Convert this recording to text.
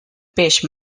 peix